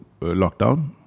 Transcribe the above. lockdown